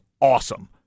awesome